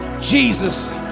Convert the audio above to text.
Jesus